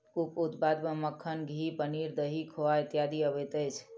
उप उत्पाद मे मक्खन, घी, पनीर, दही, खोआ इत्यादि अबैत अछि